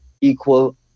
equal